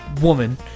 Woman